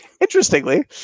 interestingly